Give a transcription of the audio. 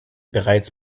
bereits